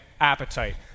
appetite